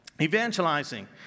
evangelizing